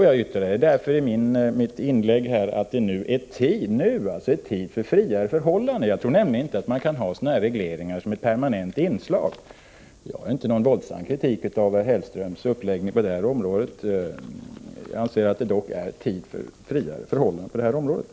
Jag yttrade därför i mitt inlägg att det nu är tid för friare förhållanden. Jag tror nämligen inte att man kan ha sådana här regleringar som ett permanent inslag. Jag framför inte någon våldsam kritik mot herr Hellströms uppläggning på det här området, men jag anser att det är tid för friare förhållanden i detta sammanhang.